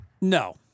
No